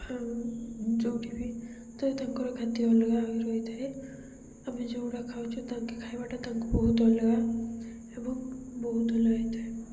ଆଉ ଯେଉଁଠିବି ତ ତାଙ୍କର ଖାଦ୍ୟ ଅଲଗା ହୋଇ ରହିଥାଏ ଆମେ ଯେଉଁଗୁଡ଼ା ଖାଉଛୁ ତାଙ୍କେ ଖାଇବାଟା ତାଙ୍କୁ ବହୁତ ଅଲଗା ଏବଂ ବହୁତ ଅଲଗା ହେଇଥାଏ